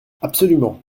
absolument